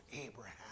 Abraham